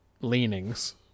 leanings